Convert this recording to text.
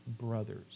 brothers